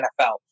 NFL